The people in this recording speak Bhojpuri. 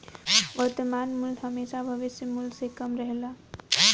वर्तमान मूल्य हेमशा भविष्य मूल्य से कम रहेला